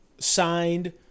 signed